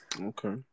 Okay